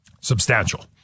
substantial